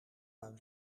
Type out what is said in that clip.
maar